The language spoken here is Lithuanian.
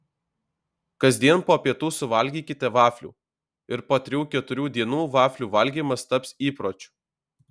kasdien po pietų suvalgykite vaflių ir po trijų keturių dienų vaflių valgymas taps įpročiu